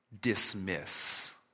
dismiss